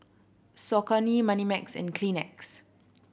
Saucony Moneymax and Kleenex